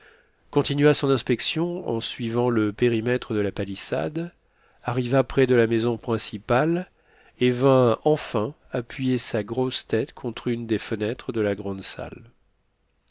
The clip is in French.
continua son inspection en suivant le périmètre de la palissade arriva près de la maison principale et vint enfin appuyer sa grosse tête contre une des fenêtres de la grande salle